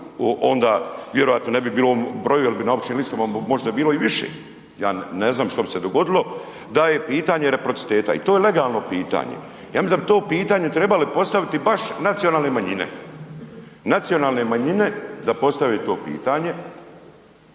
onda vjerojatno ne bi bilo na broju jer bi na općim listama možda bilo i više, ja ne znam što bi se dogodilo da je pitanje reciprociteta i to je legalno pitanje. Ja mislim da bi to pitanje trebali postaviti baš nacionalne manjine, nacionalne manjine da postave to pitanje